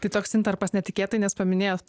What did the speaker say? tai toks intarpas netikėtai nes paminėjot